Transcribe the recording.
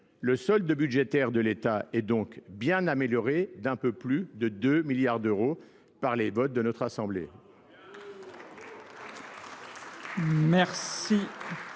le solde budgétaire de l'État est donc bien amélioré d'un peu plus de 2 milliards d'euros par les votes de notre assemblée.